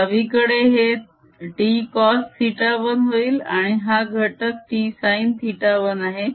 डावीकडे हे T cos θ 1 होईल आणि हा घटक T sin θ 1 आहे